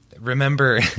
remember